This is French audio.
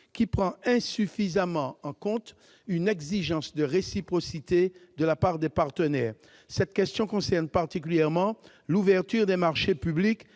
qui prend insuffisamment en compte une exigence de réciprocité de la part des partenaires. Cette question concerne particulièrement l'ouverture des marchés publics,